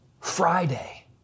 Friday